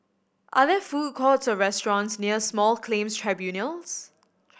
are there food courts or restaurants near Small Claims Tribunals